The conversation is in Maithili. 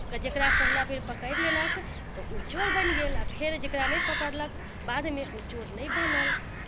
ओ जेकरा पहिला बेर पकड़ि लेलक तऽ ओ चोर बनि गेल आ फेर जेकरा नहि पकड़लक बादमे ओ चोर नहि बनल